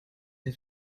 der